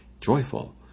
joyful